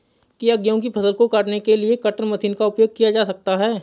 क्या गेहूँ की फसल को काटने के लिए कटर मशीन का उपयोग किया जा सकता है?